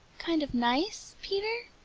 kind of nice, peter?